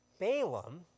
Balaam